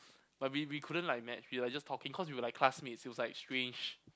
but we we couldn't couldn't like match we were like just talking cause we were classmates it was like strange